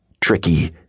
Tricky